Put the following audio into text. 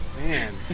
man